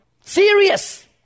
Serious